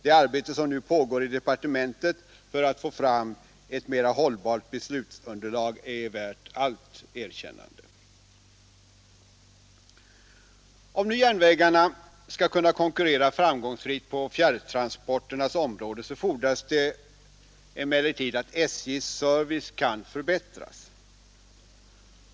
Det arbete som nu pågår i departementet för att få fram ett mera hållbart beslutsunderlag är värt allt erkännande. Om nu järnvägarna skall kunna konkurrera framgångsrikt på fjärrtransporternas område, fordras det emellertid att SJ:s service kan förbättras.